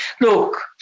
Look